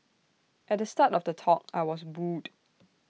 at the start of the talk I was booed